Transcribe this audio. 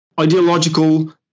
ideological